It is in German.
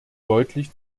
deutlich